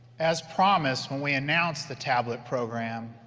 as promised when we announced the tablet program,